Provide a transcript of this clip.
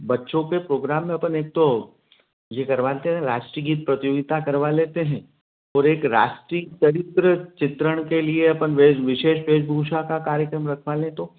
बच्चो पर प्रोग्राम में अपन एक तो यह करवाते हैं राष्ट्रीय गीत प्रतियोगिता करवा लेते हैं और एक राष्ट्रीय चरित्र चित्रण के लिए अपन बेस विशेष बेशभूषा का कार्यक्रम रखवा लें तो